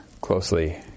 closely